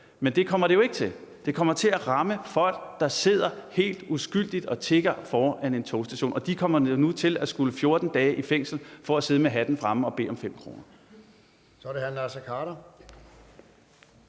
men det kommer det jo ikke til. Det kommer til at ramme folk, der sidder helt uskyldigt og tigger foran en togstation. De vil nu skulle 14 dage i fængsel for at sidde med hatten fremme og bede om 5 kr.